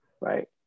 right